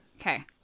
Okay